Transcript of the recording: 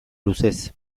luzez